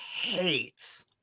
hates